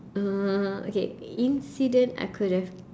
uh okay incident I could have